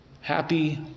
Happy